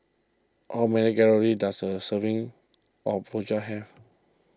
how many calories does a serving of Rojak have